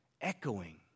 echoing